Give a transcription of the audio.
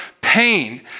pain